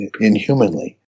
inhumanly